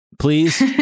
Please